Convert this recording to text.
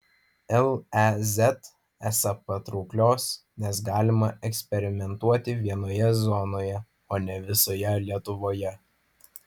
lez esą patrauklios nes galima eksperimentuoti vienoje zonoje o ne visoje lietuvoje